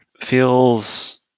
feels